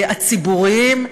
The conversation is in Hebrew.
הציבוריים,